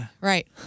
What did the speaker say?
Right